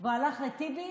והוא הלך לטיבי